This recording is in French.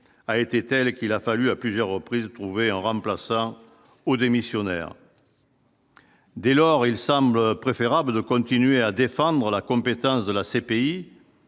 a été telle qu'il a fallu à plusieurs reprises, trouver un remplaçant au démissionnaire. Dès lors, il semble préférable de continuer à défendre la compétence de la CPI